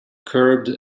curbed